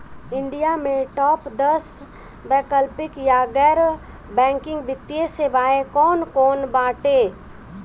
India में top दस वैकल्पिक या गैर बैंकिंग वित्तीय सेवाएं कौन कोन बाटे?